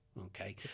okay